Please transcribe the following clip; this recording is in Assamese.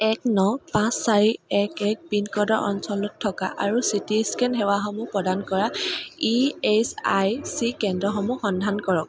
এক ন পাঁচ চাৰি এক এক পিনক'ডৰ অঞ্চলত থকা আৰু চিটি স্কেন সেৱাসমূহ প্ৰদান কৰা ই এছ আই চি কেন্দ্ৰসমূহ সন্ধান কৰক